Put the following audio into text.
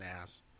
ass